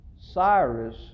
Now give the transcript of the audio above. Cyrus